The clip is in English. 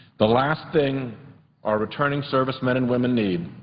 the last thing our returning servicemen and women need